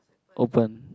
open